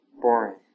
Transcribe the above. boring